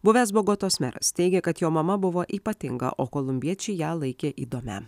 buvęs bogotos meras teigia kad jo mama buvo ypatinga o kolumbiečiai ją laikė įdomia